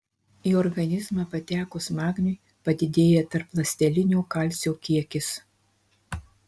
į organizmą patekus magniui padidėja tarpląstelinio kalcio kiekis